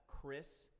Chris